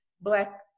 black